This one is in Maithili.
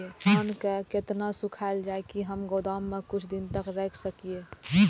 धान के केतना सुखायल जाय की हम गोदाम में कुछ दिन तक रख सकिए?